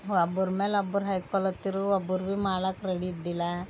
ಒಬ್ಬರ ಮೇಲೆ ಒಬ್ಬರು ಹಾಯ್ಕೊಳತಿರು ಒಬ್ಬರು ಭೀ ಮಾಡಾಕ ರೆಡಿ ಇದ್ದಿಲ್ಲ